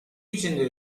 içinde